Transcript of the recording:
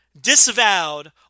disavowed